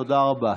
תודה רבה.